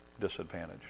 disadvantaged